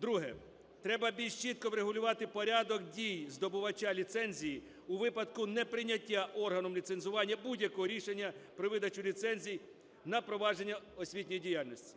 Друге. Треба більше чітко врегулювати порядок дій здобувача ліцензії у випадку неприйняття органом ліцензування будь-якого рішення про видачу ліцензій на провадження освітньої діяльності.